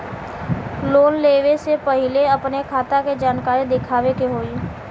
Loan लेवे से पहिले अपने खाता के जानकारी दिखावे के होई?